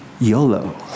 YOLO